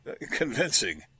convincing